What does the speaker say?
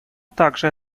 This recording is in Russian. также